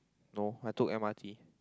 no I took M_R_T